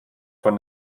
von